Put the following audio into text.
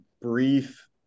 brief